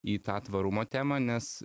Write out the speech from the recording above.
į tą tvarumo temą nes